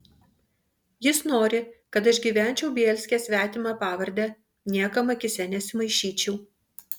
jis nori kad aš gyvenčiau bielske svetima pavarde niekam akyse nesimaišyčiau